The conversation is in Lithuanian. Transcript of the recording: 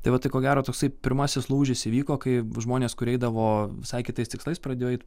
tai vat tai ko gero toksai pirmasis lūžis įvyko kai žmonės kurie eidavo visai kitais tikslais pradėjo eit